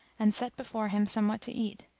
and set before him somewhat to eat,